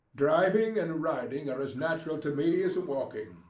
driving and riding are as natural to me as walking,